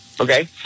okay